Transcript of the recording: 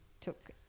took